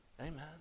Amen